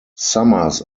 summers